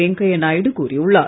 வெங்கையா நாயுடு கூறியுள்ளார்